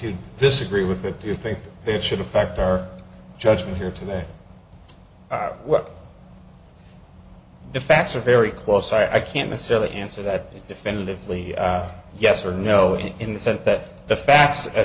you disagree with that do you think it should affect our judgment here today what the facts are very close i can't necessarily answer that definitively yes or no in the sense that the facts a